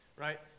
Right